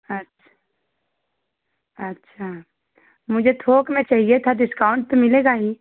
अच्छ अच्छा मुझे थोक में चाहिए था डिस्काउंट तो मिलेगा ही